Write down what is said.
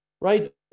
right